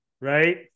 right